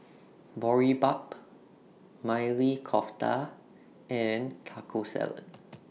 Boribap Maili Kofta and Taco Salad